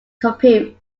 compute